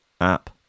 app